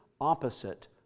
opposite